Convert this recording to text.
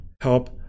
help